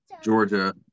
georgia